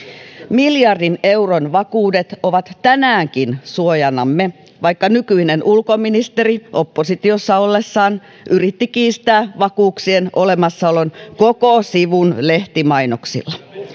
miljardin euron vakuudet ovat tänäänkin suojanamme vaikka nykyinen ulkoministeri oppositiossa olleessaan yritti kiistää vakuuksien olemassaolon koko sivun lehtimainoksilla